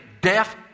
deaf